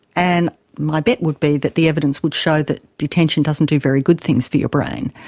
and my bet would be that the evidence would show that detention doesn't do very good things for your brain.